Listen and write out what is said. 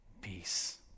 peace